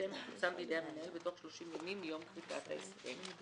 הסכם יפורסם בידי המנהל בתוך 30 ימים מיום כריתת ההסכם.